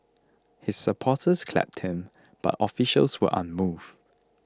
his supporters clapped him but officials were unmoved